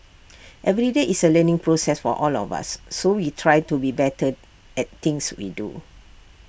every day is A learning process for all of us so we try to be better at things we do